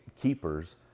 keepers